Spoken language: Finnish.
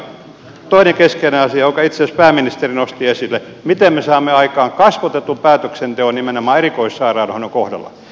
toinen keskeinen asia jonka itse asiassa pääministeri nosti esille on se miten me saamme aikaan kasvotetun päätöksenteon nimenomaan erikoissairaanhoidon kohdalla